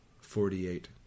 forty-eight